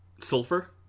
Sulfur